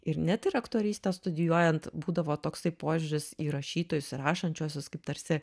ir net ir aktorystę studijuojant būdavo toksai požiūris į rašytojus ir rašančiuosius kaip tarsi